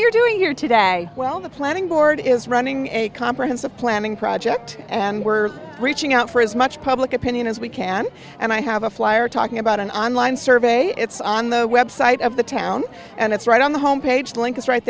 you're doing here today well the planning board is running a comprehensive planning project and we're reaching out for as much public opinion as we can and i have a flyer talking about an online survey it's on the website of the town and it's right on the home page link it's right